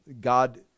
God